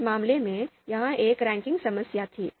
इस मामले में यह एक रैंकिंग समस्या थी